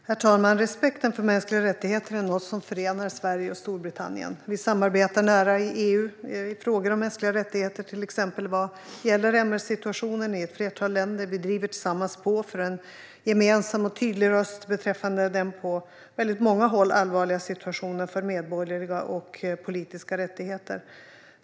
Herr talman! Respekten för mänskliga rättigheter är något som förenar Sverige och Storbritannien. Vi samarbetar nära i EU i frågor om mänskliga rättigheter, till exempel vad gäller MR-situationen i ett flertal länder. Vi driver tillsammans på för en gemensam och tydlig röst beträffande den på väldigt många håll allvarliga situationen för medborgerliga och politiska rättigheter.